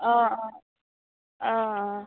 অঁ অঁ অঁ অঁ